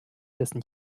dessen